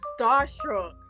starstruck